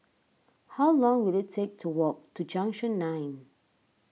how long will it take to walk to Junction nine